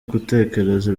gutekereza